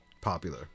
popular